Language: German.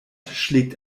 schlägt